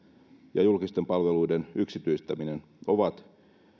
ja julkisten palveluiden yksityistäminen ovat